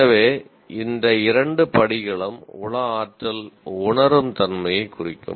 எனவே இந்த இரண்டு படிகளும் உள ஆற்றல் உணரும் தன்மையைக் குறிக்கும்